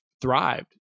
thrived